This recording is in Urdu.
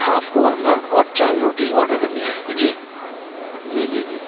ہاف قورما اور چار روٹی آڈر کرنی ہے جی جی جی جی